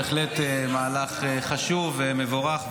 בהחלט מהלך חשוב ומבורך,